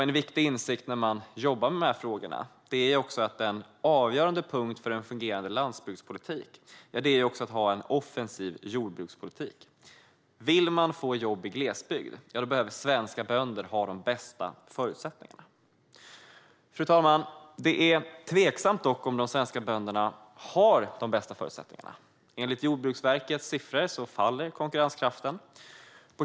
En viktig insikt när man jobbar med dessa frågor är också att en avgörande punkt för en fungerande landsbygdspolitik är en offensiv jordbrukspolitik. Vill man få jobb i glesbygd behöver svenska bönder ha de bästa förutsättningarna. Fru talman! Det är dock tveksamt om de svenska bönderna har de bästa förutsättningarna. Enligt Jordbruksverkets siffror faller konkurrenskraften.